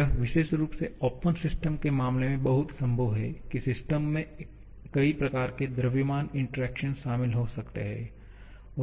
यह विशेष रूप से ओपन सिस्टम के मामले में बहुत संभव है कि सिस्टम में कई प्रकार के द्रव्यमान इंटरैक्शन शामिल हो सकते हैं